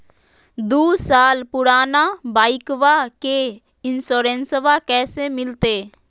दू साल पुराना बाइकबा के इंसोरेंसबा कैसे मिलते?